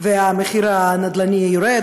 מחיר הנדל"ן יורד,